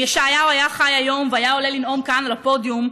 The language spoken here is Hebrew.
אם ישעיהו היה חי היום והיה עולה לנאום כאן על הפודיום,